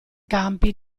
campi